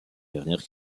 dernière